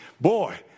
Boy